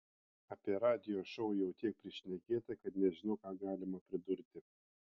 apie radijo šou jau tiek prišnekėta kad nežinau ką galima pridurti